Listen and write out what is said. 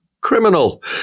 criminal